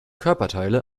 körperteile